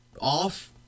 off